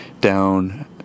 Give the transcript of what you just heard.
down